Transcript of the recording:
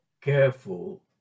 careful